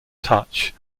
touch